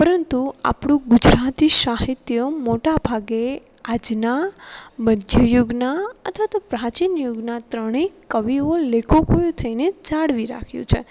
પરંતુ આપણું ગુજરાતી સાહિત્ય મોટાભાગે આજના મધ્યયુગના અથવા તો પ્રાચીન યુગના ત્રણે કવિઓ લેખકોએ થઈને જાળવી રાખ્યું છે